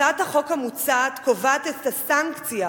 הצעת החוק המוצעת קובעת את הסנקציה